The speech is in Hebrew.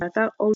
באתר OCLC